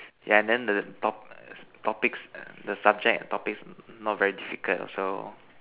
yeah and then the top topics the subject topics not very difficult so